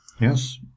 Yes